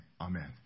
amen